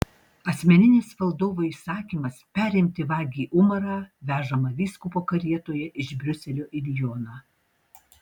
asmeninis valdovo įsakymas perimti vagį umarą vežamą vyskupo karietoje iš briuselio į lioną